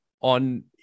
on